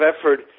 effort